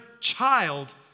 child